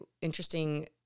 interesting